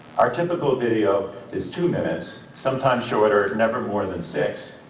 our typical video is two minutes, sometimes shorter, never more than six,